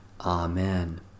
Amen